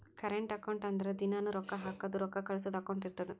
current account ಅಂದುರ್ ದಿನಾನೂ ರೊಕ್ಕಾ ಹಾಕದು ರೊಕ್ಕಾ ಕಳ್ಸದು ಅಕೌಂಟ್ ಇರ್ತುದ್